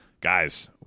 guys